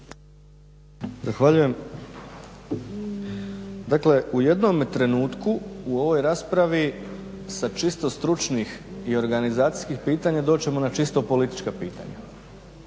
Zahvaljujem. Dakle, u jednome trenutku u ovoj raspravi sa čisto stručnih i organizacijskih pitanja doći ćemo na čisto politička pitanja